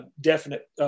definite